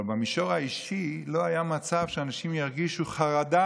אבל במישור האישי לא היה מצב שאנשים ירגישו חרדה